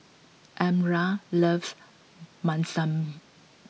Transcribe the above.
Elmyra loves Munson